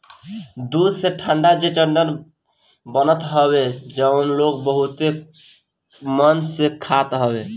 दूध से ठंडा डेजर्ट बनत हवे जवन लोग बहुते मन से खात हवे